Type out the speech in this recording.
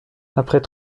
après